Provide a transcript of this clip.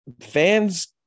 fans